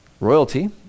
royalty